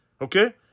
okay